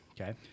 okay